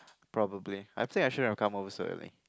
probably I think I shouldn't have come over so early